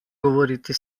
govoriti